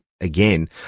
Again